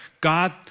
God